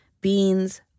beans